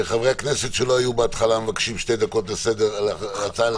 חברי הכנסת שלא היו בהתחלה מבקשים שתי דקות הצעה לסדר.